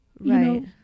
right